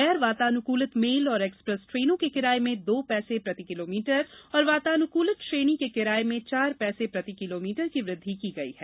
गैर वातानुकूलित मेल और एक्सप्रेस ट्रेनों के किराये में दो पैसे प्रति किलोमीटर और वातानुकूलित श्रेणी के किराये में चार पैसे प्रति किलोमीटर की वृद्धि की गई है